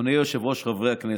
אדוני היושב-ראש, חברי הכנסת,